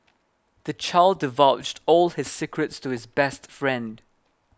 the child divulged all his secrets to his best friend